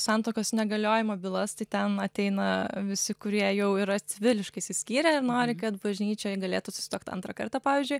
santuokos negaliojimo bylas tai ten ateina visi kurie jau yra civiliškai išsiskyrę nori kad bažnyčioj galėtų susituokt antrą kartą pavyzdžiui